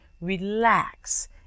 relax